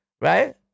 right